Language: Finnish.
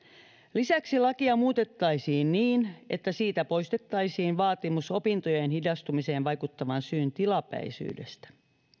lisäksi lakia muutettaisiin niin että siitä poistettaisiin vaatimus opintojen hidastumiseen vaikuttavan syyn tilapäisyydestä